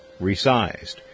resized